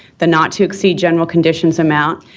the not to exceed general conditions amount,